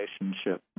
relationship